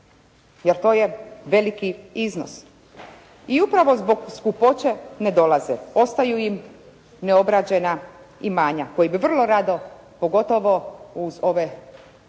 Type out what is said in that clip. jer to je veliki iznos.» I upravo zbog skupoće ne dolaze. Ostaju im neobrađena imanja koja bi vrlo rado pogotovo uz ove